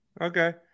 Okay